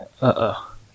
Uh-oh